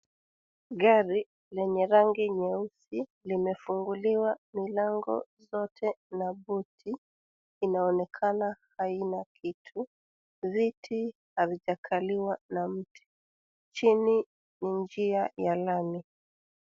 Gari lenye rangi nyeusi limefunguliwa milango zote na buti, inaonekana haina kitu, viti havijakaliwa na mtu. Chini ni njia ya lami.